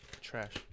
Trash